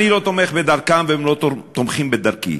אני לא תומך בדרכם והם לא תומכים בדרכי,